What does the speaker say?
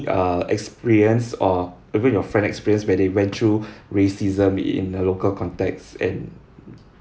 uh experience or even your friend experience where they went through racism in the local context and